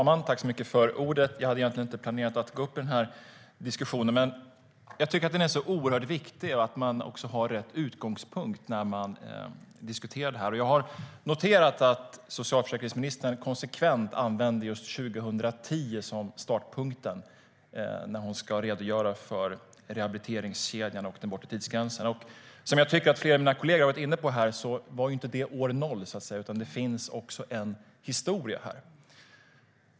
Jag har noterat att socialförsäkringsministern konsekvent använder just 2010 som startpunkten när hon ska redogöra för rehabiliteringskedjan och den bortre tidsgränsen. Som flera av mina kolleger har varit inne på var det året inte år noll, utan det finns också en historia här.